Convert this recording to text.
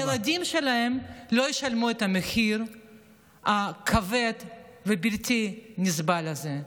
שהילדים לא ישלמו את המחיר הכבד והבלתי-נסבל הזה.